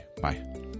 Bye